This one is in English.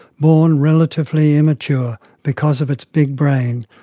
born relatively immature because of its big brain,